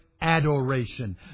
adoration